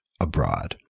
abroad